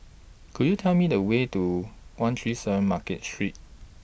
Could YOU Tell Me The Way to one three seven Market Street